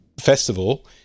festival